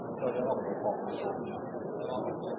Da er det